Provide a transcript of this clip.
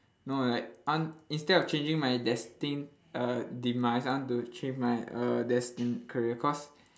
no like un~ instead of changing my destined err demise I want to change my err destined career cause